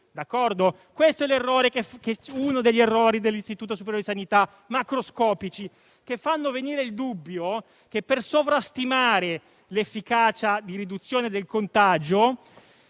Questo è uno degli errori macroscopici dell'Istituto superiore di sanità che fanno venire il dubbio che per sovrastimare l'efficacia di riduzione del contagio